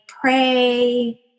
pray